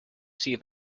see